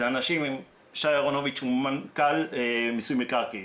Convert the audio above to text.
שי אהרונוביץ מנכ"ל מיסוי מקרקעין,